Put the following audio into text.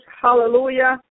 hallelujah